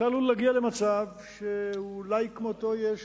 אתה עלול להגיע למצב שכמותו אולי יש